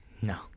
No